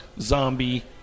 zombie